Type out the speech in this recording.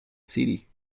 city